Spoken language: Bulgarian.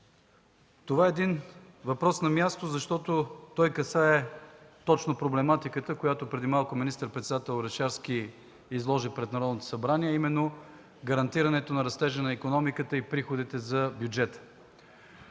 Това е въпрос на място, защото касае точно проблематиката, която преди малко министър-председателят Орешарски изложи пред Народното събрание, а именно гарантирането на растежа на икономиката и приходите за бюджета.